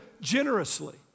generously